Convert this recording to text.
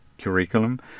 curriculum